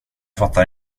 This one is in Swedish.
fattar